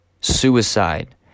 Suicide